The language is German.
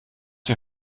wir